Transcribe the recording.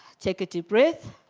take a deep breath